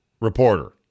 reporter